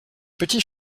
petits